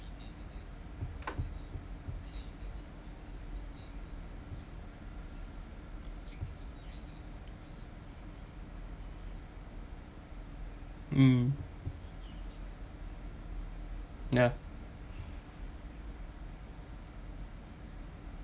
mm ya